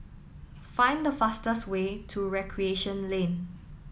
find the fastest way to Recreation Lane